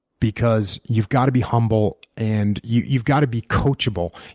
because you've got to be humble, and you've you've got to be coachable.